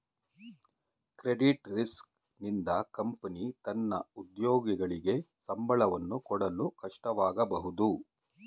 credit risk ನಿಂದ company ತನ್ನ ಉದ್ಯೋಗಿಗಳಿಗೆ ಸಂಬಳವನ್ನು ಕೊಡಲು ಕಷ್ಟವಾಗಬಹುದು